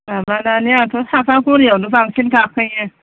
माबानानै आंथ' सापागुरियावनो बांसिन गाखोयो